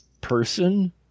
person